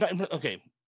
okay